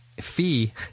fee